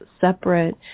separate